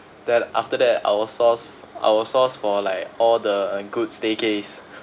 then after that I will source I will source for like all the um good staycays